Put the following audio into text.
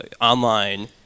online